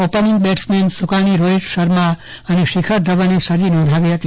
opening batsman સુકાની રોહીત શર્મા અને શિખરધવને સદી નોંધાવી હતી